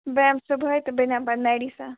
بہٕ یِمہٕ صُبحٲے تہٕ بہٕ نِمہٕ پتہٕ میڈِسن